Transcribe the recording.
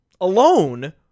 alone